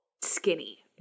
skinny